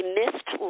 missed